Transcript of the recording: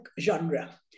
genre